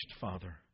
Father